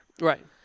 Right